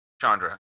Chandra